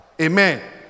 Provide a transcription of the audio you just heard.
Amen